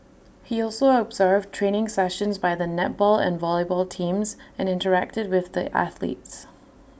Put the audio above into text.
he also observed training sessions by the netball and volleyball teams and interacted with the athletes